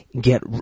Get